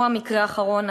או המקרה האחרון,